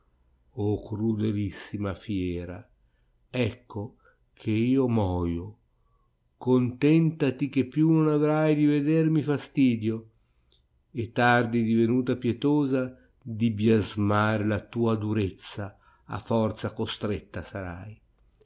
disse crudelissima fiera ecco che io moio contentati che più non avrai di vedermi fastidio e tardi divenuta pietosa di biasmare la tua durezza a forza costretta sarai